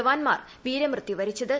ജവാന്മാർ വീരമൃത്യു വരിച്ചത്